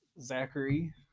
Zachary